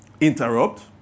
interrupt